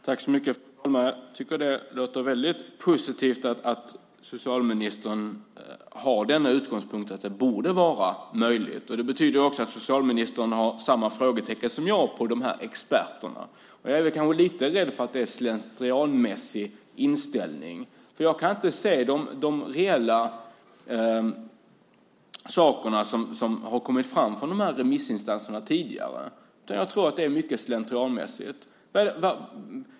Fru talman! Det låter positivt att socialministern har denna utgångspunkt, det vill säga att det borde vara möjligt. Det betyder också att socialministern har samma frågetecken som jag när det gäller dessa experter. Jag är kanske lite rädd för att det är en slentrianmässig inställning. Jag kan inte se de reella sakerna som har kommit fram från remissinstanserna tidigare, utan jag tror att mycket har kommit fram slentrianmässigt.